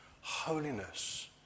holiness